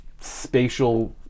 spatial